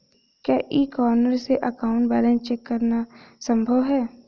क्या e corner से account balance check करना संभव है?